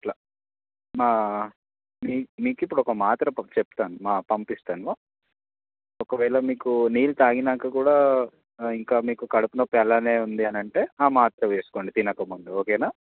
అట్లా మా మీ మీకు ఇప్పుడు ఒక మాత్ర చెప్తాను మా పంపిస్తాను ఒకవేళ మీకు నీళ్ళు తాగాక కూడా ఇంకా మీకు కడుపునోప్పి అలానే ఉంది అనంటే ఆ మాత్ర వేసుకోండి తినకముందు ఓకేనా